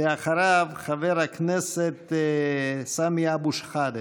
ואחריו, חבר הכנסת סמי אבו שחאדה.